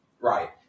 Right